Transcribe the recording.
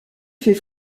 fait